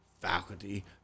faculty